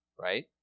right